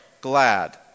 glad